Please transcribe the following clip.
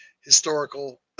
historical